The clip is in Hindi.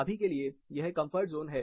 अभी के लिए यह कंफर्ट जोन है